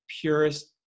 purest